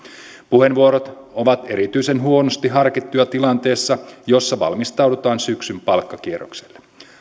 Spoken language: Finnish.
puheenvuorot ovat erityisen huonosti harkittuja tilanteessa jossa valmistaudutaan syksyn palkkakierrokselle